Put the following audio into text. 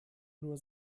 nur